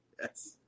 Yes